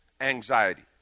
anxiety